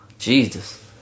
Jesus